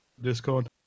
Discord